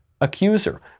accuser